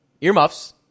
Earmuffs